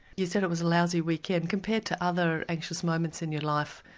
you said it was a lousy weekend. compared to other anxious moments in your life,